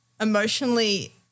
Emotionally